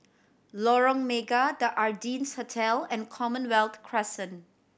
Lorong Mega The Ardennes Hotel and Commonwealth Crescent